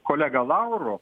kolega lauru